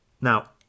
Now